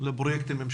לפרויקטים ממשלתיים.